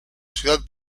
ciudad